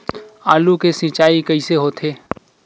आलू के सिंचाई कइसे होथे?